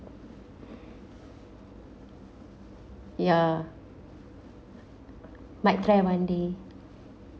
ya might try one day